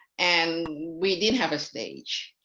and we didn't have a stage.